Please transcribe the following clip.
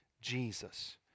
Jesus